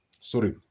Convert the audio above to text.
sorry